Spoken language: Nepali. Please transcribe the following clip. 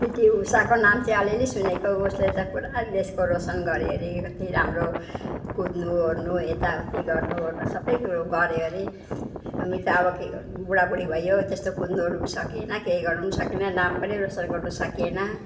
पिटी ऊषाको नाम चाहिँ अलिलि सुनेको उसले त पुरा देशको रोसन गर्यो अरे कति राम्रो कुद्नुवर्नु यताउति गर्नुवर्नु सबै कुरो गर्यो अरे हामी त अब के गर्नु बुढाबुढी भइयो त्यस्तो कुद्नुवर्नु नि सकिएन केही गर्नु पनि सकिनँ नाम पनि रोसन गर्नु सकिएन